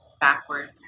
backwards